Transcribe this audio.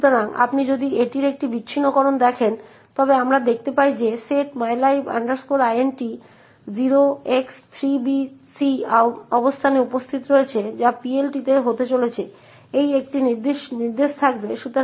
সুতরাং আমরা s এর মান পেয়েছি এবং আমরা 0804850c এড্রেসে প্রিন্টএফ থেকে রিটার্নের মানও পেয়েছি